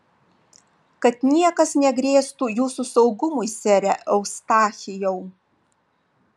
kad niekas negrėstų jūsų saugumui sere eustachijau